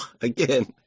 again